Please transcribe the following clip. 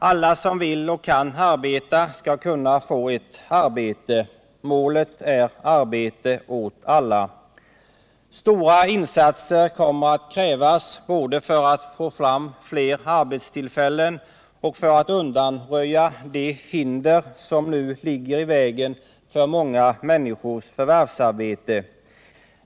Alla som vill och kan arbeta skall kunna få ett arbete. Målet är arbete åt alla. Stora insatser kommer att krävas både för att få fram flera arbetstillfällen och för att undanröja de hinder som nu ligger i vägen för många människors förvärvsarbete.